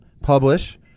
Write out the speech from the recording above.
publish